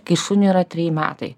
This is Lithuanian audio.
kai šuniui yra treji metai